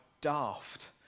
daft